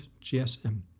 GSM